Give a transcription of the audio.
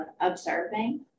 observing